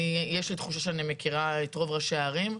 יש לי תחושה שאני מכירה את רוב ראשי הערים.